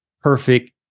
perfect